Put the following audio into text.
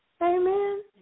Amen